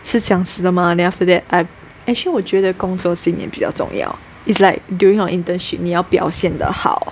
是讲纸的吗 then after that I actually 我觉得工作技能比较总要 it's like during our internship 你要表现得好